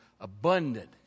abundant